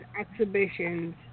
exhibitions